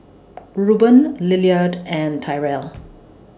Ruben Lillard and Tyrel